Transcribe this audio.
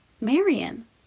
marion